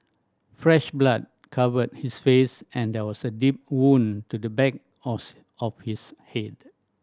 fresh blood covered his face and there was a deep wound to the back of his head